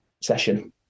session